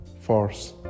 force